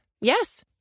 yes